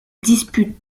dispute